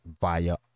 via